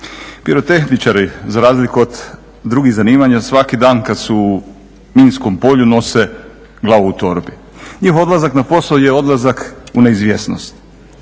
Pirotehničari za razliku od drugih zanimanja svaki dan kada su u minskom polju nose glavu u torbi. Njihov odlazak na posao je odlazak u neizvjesnost.